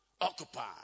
Occupy